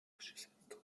instrument